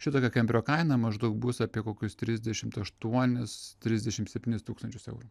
šitokio kemperio kaina maždaug bus apie kokius trisdešimt aštuonis trisdešimt septynis tūkstančius eurų